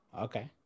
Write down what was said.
Okay